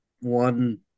one